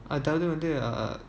I tell you one thing uh